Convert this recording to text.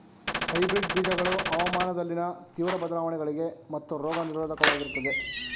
hybrid ಬೀಜಗಳು ಹವಾಮಾನದಲ್ಲಿನ ತೀವ್ರ ಬದಲಾವಣೆಗಳಿಗೆ ಮತ್ತು ರೋಗ ನಿರೋಧಕವಾಗಿರುತ್ತವೆ